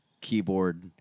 keyboard